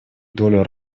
долю